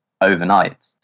overnight